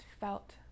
felt